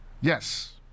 Yes